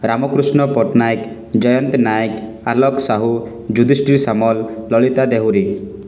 Ramakrishna Pattanayak Jayanti Nayak Alok Sahu Yudhishthir Samal Lalita Dehuri